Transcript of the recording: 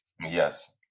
Yes